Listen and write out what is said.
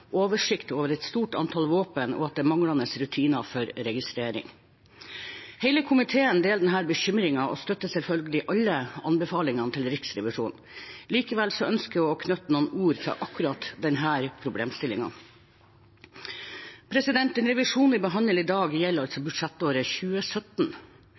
oversikt over et stort antall våpen, og at det er manglende rutiner for registrering. Hele komiteen deler denne bekymringen og støtter selvfølgelig alle anbefalingene fra Riksrevisjonen. Likevel ønsker jeg å knytte noen ord til akkurat denne problemstillingen. Den revisjonen vi behandler i dag, gjelder